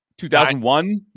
2001